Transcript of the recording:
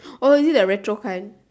oh is it the retro kind